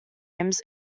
games